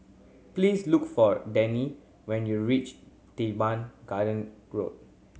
please look for Dannie when you reach Teban Garden Road